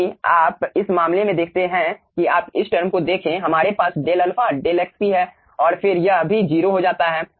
साथ ही आप इस मामले में देखते हैं कि आप इस टर्म को देखें हमारे पास डेल अल्फा डेल xp है और फिर यह भी 0 हो जाता है